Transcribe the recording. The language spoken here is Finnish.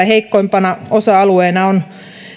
heikoimpana osa alueena on